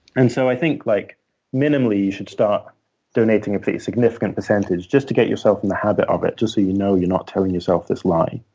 and so i think like minimally, you should start donating a pretty significant percentage just to get yourself in the habit of it, just so you know you're not telling yourself this lie.